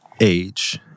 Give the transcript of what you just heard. age